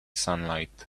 sunlight